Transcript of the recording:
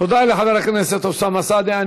תודה לחבר הכנסת אוסאמה סעדי.